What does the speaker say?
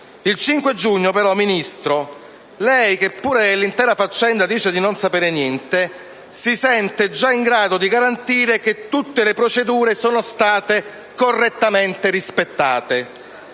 Il 5 giugno però, Ministro, lei - che pure dell'intera faccenda dice di non sapere niente - si sente in grado di garantire che tutte le procedure sono state correttamente rispettate.